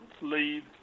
leave